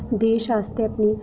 देश आस्तै अपनी